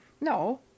no